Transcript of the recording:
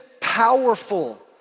powerful